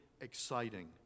exciting